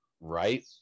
right